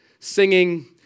singing